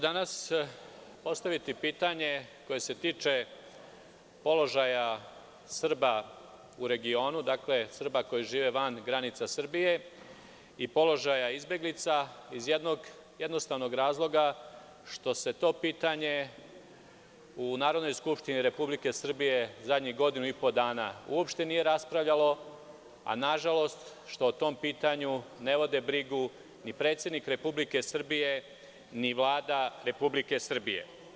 Danas ću postaviti pitanje koje se tiče položaja Srba u regionu, Srba koji žive van granica Srbije i položaja izbeglica, iz jednog jednostavnog razloga što se to pitanje u Narodnoj skupštini Republike Srbije zadnjih godinu i po dana uopšte nije raspravljalo, a i zbog toga što, nažalost, o tom pitanju ne vode brigu ni predsednik Republike Srbije, ni Vlada Republike Srbije.